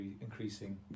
increasing